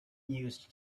used